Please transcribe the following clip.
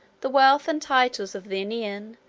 the wealth and titles of the annian,